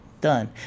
done